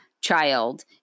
child